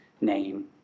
name